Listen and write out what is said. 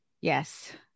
Yes